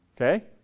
Okay